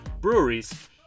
breweries